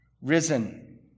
risen